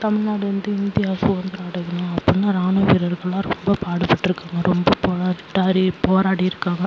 தமிழ்நாடு வந்து இந்தியா சுதந்திரம் அடையணும் அப்பட்னு ராணுவ வீரர்கள்லாம் ரொம்ப பாடுபட்டிருக்காங்க ரொம்ப போராடாடி போராடியிருக்காங்க